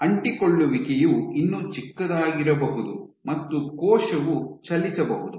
ಅಂಟಿಕೊಳ್ಳುವಿಕೆಯು ಇನ್ನೂ ಚಿಕ್ಕದಾಗಿರಬಹುದು ಮತ್ತು ಕೋಶವು ಚಲಿಸಬಹುದು